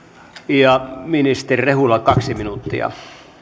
ja ministeri rehula kaksi minuuttia